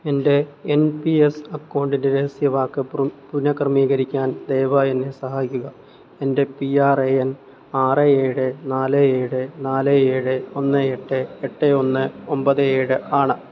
എൻ്റെ N P S അക്കൗണ്ടിൻ്റെ രഹസ്യവാക്ക് പുനക്രമീകരിക്കാൻ ദയവായി എന്നെ സഹായിക്കുക എൻ്റെ പി ആർ എ എൻ ആറ് ഏഴ് നാല് ഏഴ് നാല് ഏഴ് ഒന്ന് എട്ട് എട്ട് ഒന്ന് ഒമ്പത് ഏഴ് ആണ്